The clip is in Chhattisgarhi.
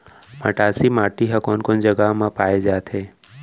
मटासी माटी हा कोन कोन जगह मा पाये जाथे?